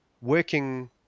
working